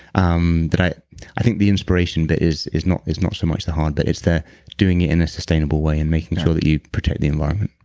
um that. i i think the inspiration but is is not so not so much the hard, but it's the doing it in a sustainable way and making sure that you protect the environment